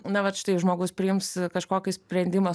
na vat štai žmogus priims kažkokį sprendimą